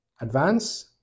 advance